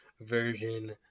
version